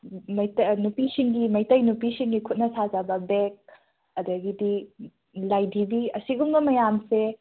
ꯅꯨꯄꯤꯁꯤꯡꯒꯤ ꯃꯩꯇꯩ ꯅꯨꯄꯤꯁꯤꯡꯒꯤ ꯈꯨꯠꯅ ꯁꯥꯖꯕ ꯕꯦꯛ ꯑꯗꯒꯤꯗꯤ ꯂꯥꯏꯙꯤꯕꯤ ꯑꯁꯤꯒꯨꯝꯕ ꯃꯌꯥꯝꯁꯦ